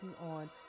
on